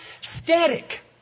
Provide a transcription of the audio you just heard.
static